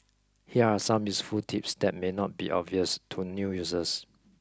here are some useful tips that may not be obvious to new users